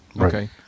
Okay